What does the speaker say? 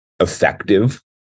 effective